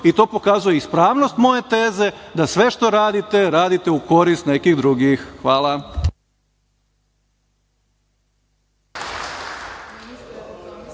i to pokazuje ispravnost moje teze da sve što radite, radite u korist nekih drugih. Hvala.